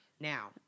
Now